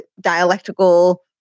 dialectical